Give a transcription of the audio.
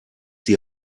die